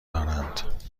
دارند